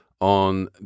on